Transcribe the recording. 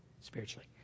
Spiritually